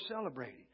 celebrating